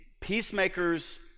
peacemakers